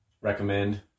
recommend